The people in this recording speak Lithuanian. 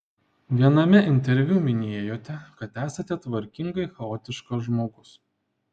viename interviu minėjote kad esate tvarkingai chaotiškas žmogus